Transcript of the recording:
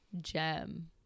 gem